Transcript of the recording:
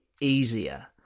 easier